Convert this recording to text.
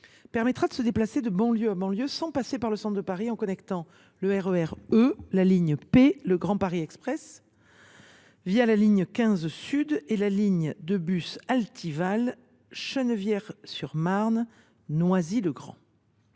permettra de se déplacer de banlieue à banlieue sans passer par le centre de Paris, en connectant le RER E, la ligne P et le Grand Paris Express la ligne 15 sud et la ligne de bus Altival, qui doit relier Chennevières sur Marne et Noisy le Grand.